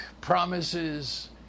promises